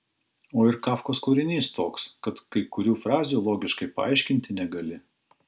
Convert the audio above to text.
o ir kafkos kūrinys toks kad kai kurių frazių logiškai paaiškinti negali